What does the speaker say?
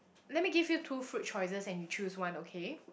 let me give you two fruit choices and you choose one okay